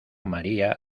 maría